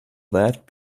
that